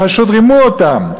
פשוט רימו אותם.